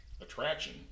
attraction